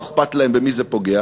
לא אכפת להם במי זה פוגע,